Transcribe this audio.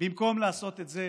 במקום לעשות את זה